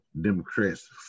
Democrats